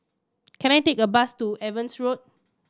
can I take a bus to Evans Road